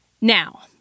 Now